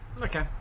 Okay